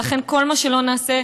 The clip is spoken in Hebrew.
ולכן כל מה שלא נעשה,